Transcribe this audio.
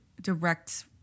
direct